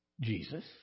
Jesus